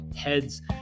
heads